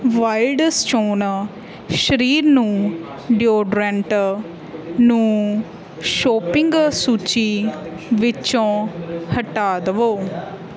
Wild Stone ਸਰੀਰ ਨੂੰ deodorant ਨੂੰ ਸ਼ੋਪਿੰਗ ਸੂਚੀ ਵਿੱਚੋਂ ਹਟਾ ਦਵੋ